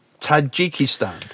Tajikistan